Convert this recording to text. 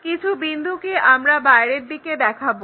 কিছু বিন্দুকে আমরা বাইরের দিকে দেখাবো